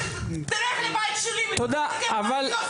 תלך לבית שלי ותראה --- תודה רבה.